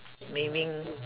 maybe